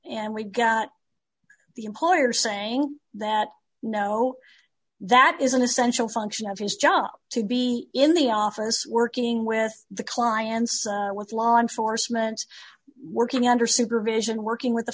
and we've got the employer saying that no that is an essential function of his job to be in the office working with the clients with law enforcement working under supervision working with the